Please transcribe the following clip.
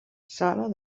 sala